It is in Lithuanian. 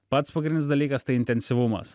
pats pagrindinis dalykas tai intensyvumas